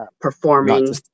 performing